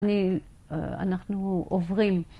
אנחנו עוברים.